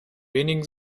wenigen